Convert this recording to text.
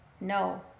No